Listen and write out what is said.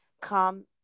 come